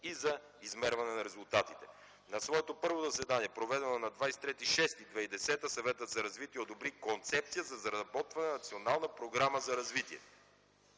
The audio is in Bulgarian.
и за измерване на резултатите. На своето първо заседание, проведено на 23.06.2010 г., Съветът за развитие одобри концепцията за разработване на Национална програма за развитие.